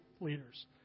leaders